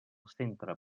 centre